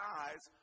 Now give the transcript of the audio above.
eyes